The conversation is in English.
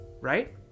right